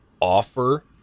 offer